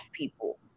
People